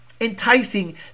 enticing